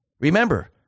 Remember